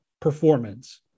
performance –